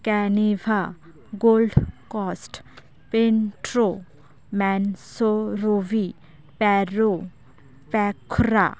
ᱠᱮᱱᱤᱵᱷᱟ ᱜᱳᱞᱴ ᱠᱚᱥᱴ ᱯᱮᱱᱴᱨᱳ ᱢᱮᱱᱥᱳᱨᱳᱵᱷᱤ ᱯᱮᱨᱨᱳ ᱯᱮᱠᱷᱨᱟ